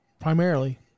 primarily